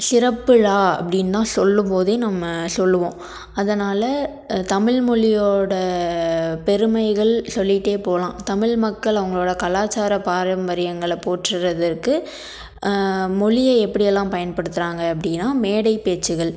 சிறப்பு ழ அப்படின்ந்தான் சொல்லும்போதே நம்ம சொல்லுவோம் அதனால் தமிழ் மொழியோடய பெருமைகள் சொல்லிகிட்டே போகலாம் தமிழ் மக்கள் அவர்களோட கலாச்சார பாரம்பரியங்களை போற்றுவதற்கு மொழியை எப்படியெல்லாம் பயன்படுத்துகிறாங்க அப்படின்னா மேடை பேச்சுகள்